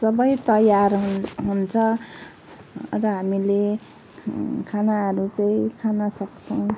सबै तयार हुन्छ र हामीले खानाहरू चाहिँ खान सक्छौँ